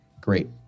Great